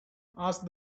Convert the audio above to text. asked